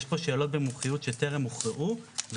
יש פה שאלות במומחיות שטרם הוכרעו, ...